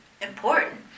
important